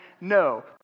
No